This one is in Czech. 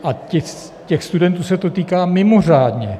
A těch studentů se to týká mimořádně.